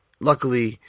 luckily